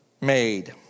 made